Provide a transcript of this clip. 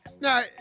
Now